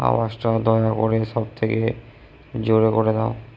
আওয়াজটা দয়া করে সবথেকে জোরে করে দাও